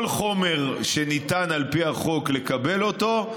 כל חומר שניתן על פי החוק לקבל אותו,